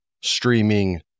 Streaming